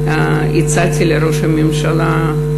והצעתי לראש הממשלה,